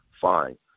fine